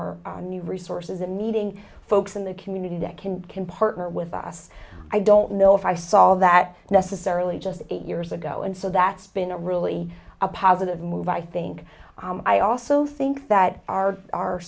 our new resources and meeting folks in the community that can can partner with us i don't know if i saw that necessarily just eight years ago and so that's been a really a positive move i think i also think that our our